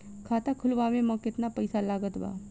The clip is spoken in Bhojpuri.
खाता खुलावे म केतना पईसा लागत बा?